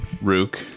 Rook